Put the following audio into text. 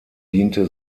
diente